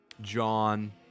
John